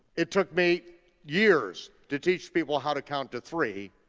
it took me years to teach people how to count to three.